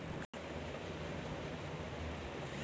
काटना खाद्य पदार्थ एकत्रित करै मे भी काटै जो काम पड़ै छै